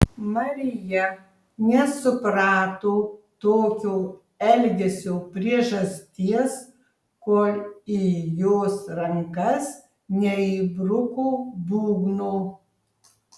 marija nesuprato tokio elgesio priežasties kol į jos rankas neįbruko būgno